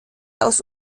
aus